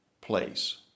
place